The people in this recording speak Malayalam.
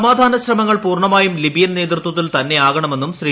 സമാധാനശ്രമങ്ങൾ പൂർണമായ്യുടെ ലിബിയൻ നേതൃത്വത്തിൽ തന്നെയാകണമെന്നും ശ്രീ